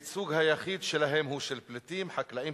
הייצוג היחיד שלהם הוא של פליטים, חקלאים